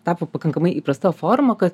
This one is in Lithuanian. tapo pakankamai įprasta forma kad